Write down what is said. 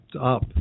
up